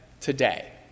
today